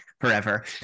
forever